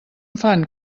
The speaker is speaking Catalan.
fan